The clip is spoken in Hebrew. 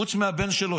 חוץ מהבן שלו.